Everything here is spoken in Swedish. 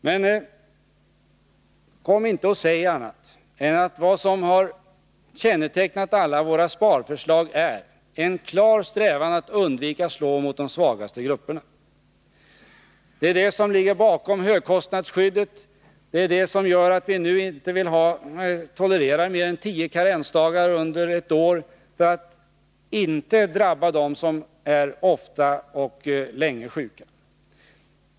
Men kom inte och säg annat än att vad som har kännetecknat alla våra sparförslag är en klar strävan att undvika att slå mot de svagaste grupperna. Det är det som ligger bakom högkostnadsskyddet i sjukförsäkringssystemet. Vi tolererar t.ex. inte mer än tio karensdagar under ett år för att besparingarna inte skall drabba dem som är ofta och länge sjuka.